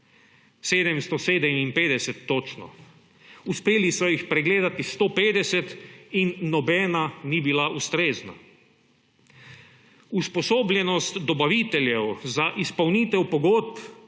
757 točno. Uspeli so jih pregledati 150 in nobena ni bila ustrezna. Usposobljenost dobaviteljev za izpolnitev pogodb